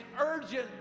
urgent